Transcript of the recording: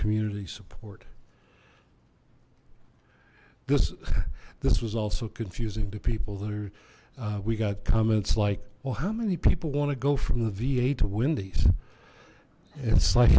community support this this was also confusing to people there we got comments like well how many people want to go from the va to wendy's it's like